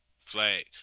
flag